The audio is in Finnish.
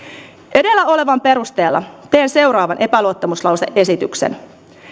edellä olevan perusteella teen seuraavan epäluottamuslause esityksen